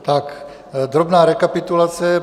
Tak, drobná rekapitulace.